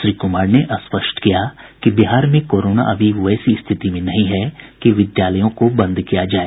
श्री कुमार ने स्पष्ट किया कि बिहार में कोरोना अभी वैसी स्थिति में नहीं है कि विद्यालयों को बंद किया जाए